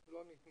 לא.